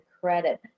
credit